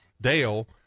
Dale